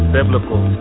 Biblical